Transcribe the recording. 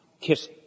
Kiss